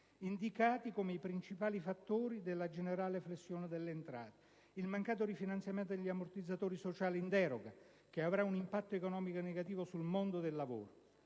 DFP come principali fattori della generale flessione delle entrate - il mancato rifinanziamento degli ammortizzatori sociali in deroga, che avrà un impatto economico negativo sul mondo del lavoro.